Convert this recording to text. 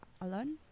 alone